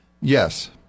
Yes